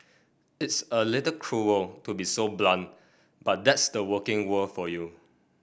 it's a little cruel to be so blunt but that's the working world for you